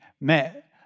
met